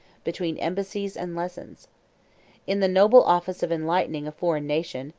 between embassies and lessons in the noble office of enlightening a foreign nation,